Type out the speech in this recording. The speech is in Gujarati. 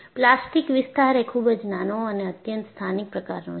પ્લાસ્ટિક વિસ્તાર એ ખૂબ જ નાનો અને અત્યંત સ્થાનિક પ્રકારનો છે